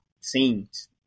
scenes